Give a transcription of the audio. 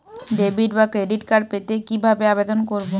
Debit বা credit card পেতে কি ভাবে আবেদন করব?